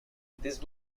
these